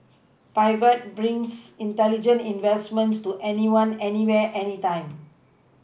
Pivot brings intelligent investments to anyone anywhere anytime